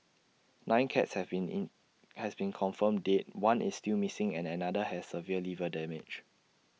nine cats have been in has been confirmed dead one is still missing and another has severe liver damage